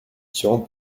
tian